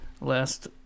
last